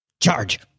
Charge